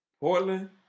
Portland